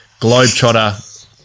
globetrotter